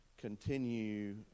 Continue